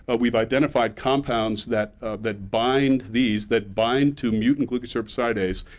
ah we've identified compounds that that bind these, that bind to mutant glucocerebrosidase,